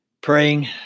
praying